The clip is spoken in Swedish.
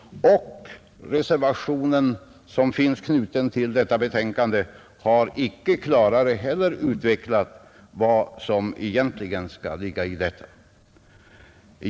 Inte heller den reservation som finns knuten till betänkandet har klarare utvecklat vad som egentligen skall ligga i detta.